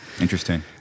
Interesting